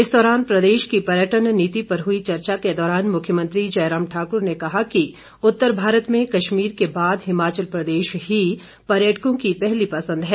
इस दौरान प्रदेश की पर्यटन नीति पर हुई चर्चा के दौरान मुख्यमंत्री जयराम ठाकुर ने कहा कि उत्तर भारत में कश्मीर के बाद हिमाचल प्रदेश ही पर्यटकों की पहली पंसद है